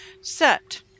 set